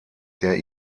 der